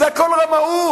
זה הכול רמאות.